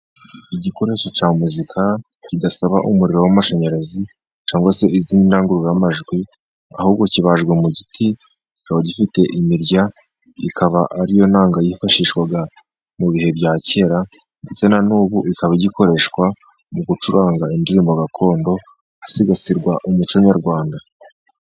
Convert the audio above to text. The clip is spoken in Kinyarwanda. Igikoresho cya muzika kidasaba umuriro w'amashanyarazi cyangwa se izindi ndangururamajwi, ahubwo kibajwe mu giti kikaba gifite imirya ikaba ari yo nanga yifashishwaga mu bihe bya kera, ndetse na n'ubu ikaba igikoreshwa mu gucuranga indirimbo gakondo, hasigasirwa umuco nyarwanda.